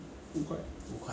你有 amy